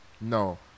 No